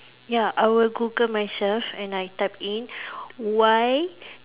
ya I would Google myself and I type in why